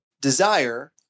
desire